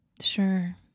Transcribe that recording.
sure